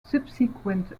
subsequent